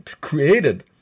created